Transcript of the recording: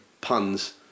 puns